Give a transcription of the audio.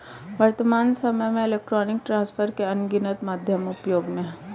वर्त्तमान सामय में इलेक्ट्रॉनिक ट्रांसफर के अनगिनत माध्यम उपयोग में हैं